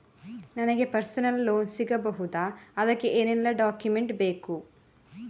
ನನಗೆ personal loan ಸಿಗಬಹುದ ಅದಕ್ಕೆ ಏನೆಲ್ಲ ಡಾಕ್ಯುಮೆಂಟ್ ಬೇಕು?